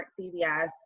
CVS